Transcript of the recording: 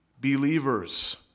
believers